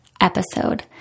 episode